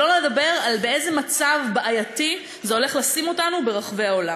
שלא לדבר על המצב הבעייתי שזה הולך לשים אותנו בו ברחבי העולם.